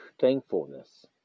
Thankfulness